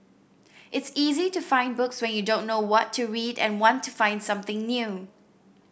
it's easy to find books when you don't know what to read and want to find something new